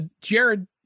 Jared